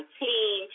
team